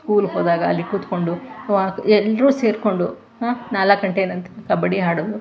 ಸ್ಕೂಲಿಗೆ ಹೋದಾಗ ಅಲ್ಲಿ ಕೂತ್ಕೊಂಡು ವಾ ಎಲ್ಲರೂ ಸೇರಿಕೊಂಡು ಹ್ ನಾಲ್ಕು ಗಂಟೆ ನಂತರ ಕಬಡ್ಡಿ ಆಡೋದು